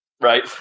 Right